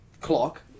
clock